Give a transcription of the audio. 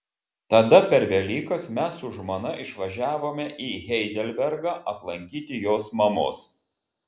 tada per velykas mes su žmona išvažiavome į heidelbergą aplankyti jos mamos